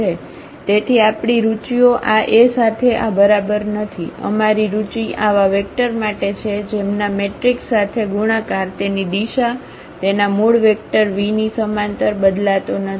તેથી આપણી રુચિઓ આ એ સાથે આ બરાબર નથી અમારી રુચિ આવા વેક્ટર માટે છે જેમના મટ્રિક્સ સાથે ગુણાકાર તેની દિશા તેના મૂળ વેક્ટર v ની સમાંતર બદલાતો નથી